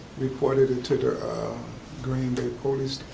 reported it to the green bay police